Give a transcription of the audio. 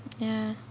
ya